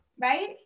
right